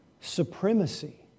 Supremacy